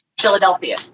Philadelphia